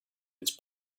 its